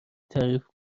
تعریف